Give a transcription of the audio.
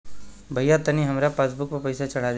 भईया तनि हमरे पासबुक पर पैसा चढ़ा देती